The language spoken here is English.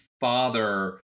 father